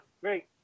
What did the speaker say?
great